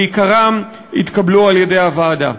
בעיקרם התקבלו על-ידי הוועדה.